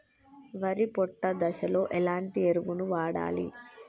వరి పొట్ట దశలో ఎలాంటి ఎరువును వాడాలి?